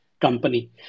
company